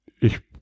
Ich